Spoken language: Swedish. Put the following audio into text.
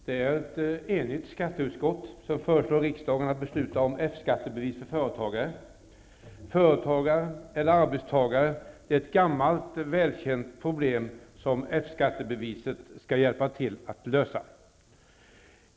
Fru talman! Ett enigt skatteutskott föreslår riksdagen att besluta om F-skattebevis för företagare. Företagare eller arbetstagare -- detta är ett gammalt och välkänt problem som F skattebeviset skall hjälpa till att lösa.